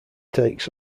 takes